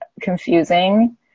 confusing